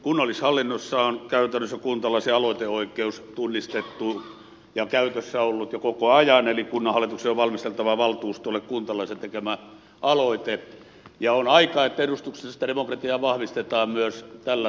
kunnallishallinnossa on käytännössä kuntalaisen aloiteoikeus tunnistettu ja käytössä ollut koko ajan eli kunnanhallituksen on valmisteltava valtuustolle kuntalaisen tekemä aloite ja on aika että edustuksellista demokratiaa vahvistetaan myös tällä tasolla